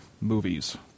movies